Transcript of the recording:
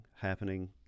happening